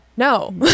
No